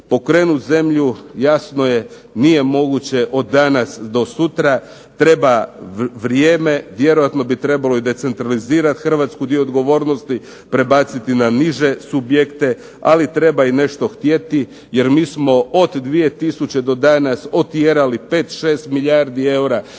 Okrenut zemlju jasno je nije moguće od danas do sutra, treba vrijeme. Vjerojatno bi trebalo i decentralizirati Hrvatsku i dio odgovornosti prebaciti na niže subjekte ali treba i nešto htjeti, jer mi smo od 2000. do danas otjerali 5, 6 milijardi eura